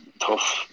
tough